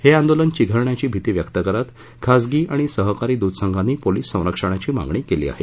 हे आंदोलन चिघळण्याची भीती व्यक्त करत खाजगी आणि सहकारी दुध संघांनी पोलिस संरक्षणाची मागणी केली आहे